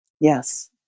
yes